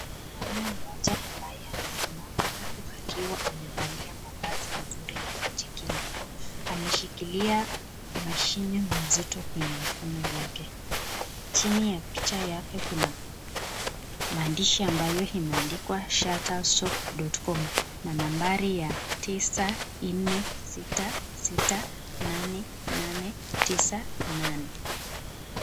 Mwanaume mmoja ambaye amesimama akiwa amevalia mavazi nzuri ya kujikinga ameshikilia mashine nzito kwenye mkono yake. Chini ya picha yake kuna maandishi ambayo imeandikwa Shatters Shop Dot-com na nambari ya 94668898.